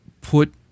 put